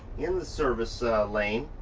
in the service lane.